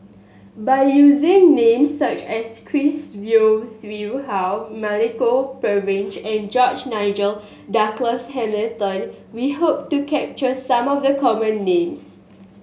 by using names such as Chris Yeo Siew Hua Milenko Prvacki and George Nigel Douglas Hamilton we hope to capture some of the common names